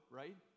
right